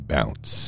Bounce